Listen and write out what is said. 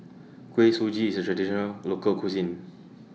Kuih Suji IS A Traditional Local Cuisine